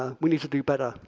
we need to do better.